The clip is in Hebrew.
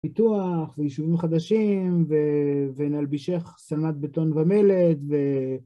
פיתוח, ויישובים חדשים, ונלבישך שלמת בטון ומלט ו...